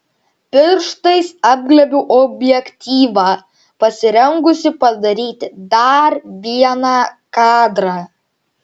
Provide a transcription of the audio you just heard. pirštais apglėbiau objektyvą pasirengusi padaryti dar vieną kadrą